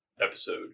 episode